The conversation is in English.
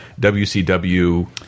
wcw